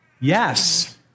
Yes